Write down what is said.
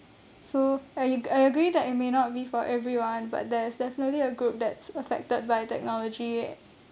so I ag~ I agree that it may not be for everyone but there's definitely a group that's affected by technology